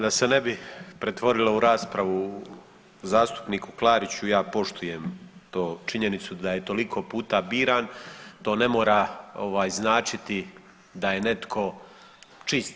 Da se ne bi pretvorilo u raspravu zastupniku Klariću ja poštujem to, činjenicu da je toliko puta biran, to ne mora ovaj značiti da je netko čist.